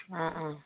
ꯑꯥ ꯑꯥ